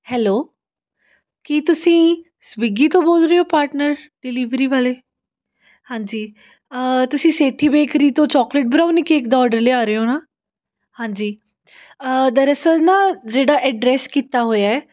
hello ਕੀ ਤੁਸੀਂ Swiggy ਤੋਂ ਬੋਲ ਰਹੇ ਹੋ ਪਾਟਨਰ ਡਿਲੀਵਰੀ ਵਾਲੇ ਹਾਂਜੀ ਤੁਸੀਂ ਸੇਠੀ ਬੇਕਰੀ ਤੋਂ ਚੋਕਲੇਟ ਬਰਾਉਨ ਕੇਕ ਦਾ ਔਡਰ ਲਿਆ ਰਹੇ ਓ ਨਾ ਹਾਂਜੀ ਦਰਅਸਲ ਨਾ ਜਿਹੜਾ ਐਡਰੈੱਸ ਕੀਤਾ ਹੋਇਆ ਹੈ